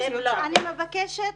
אני מבקשת,